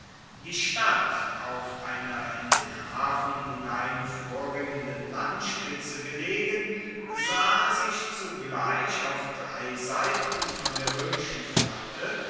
die stadt auf einer in den hafen hinein vorspringenden landspitze gelegen sah sich zugleich auf drei seiten von der roemischen flotte